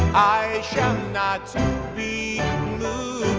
i shall not be